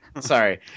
Sorry